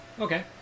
Okay